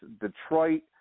Detroit